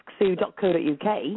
AskSue.co.uk